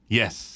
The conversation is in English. yes